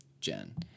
Jen